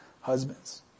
husbands